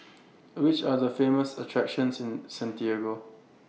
Which Are The Famous attractions in Santiago